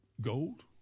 gold